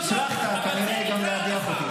הצלחת כנראה גם להדיח אותי.